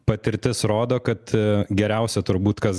patirtis rodo kad geriausia turbūt kas